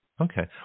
Okay